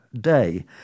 day